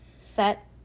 set